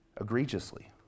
egregiously